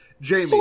Jamie